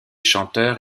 chanteurs